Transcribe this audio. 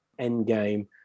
Endgame